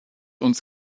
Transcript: uns